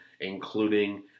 including